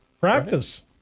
Practice